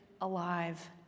alive